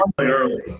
early